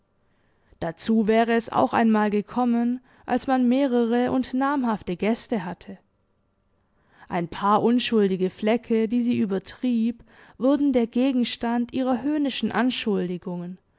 dazu wäre es auch einmal gekommen als man mehrere und namhafte gäste hatte ein paar unschuldige flecke die sie übertrieb wurden der gegenstand ihrer höhnischen anschuldigungen